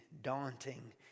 daunting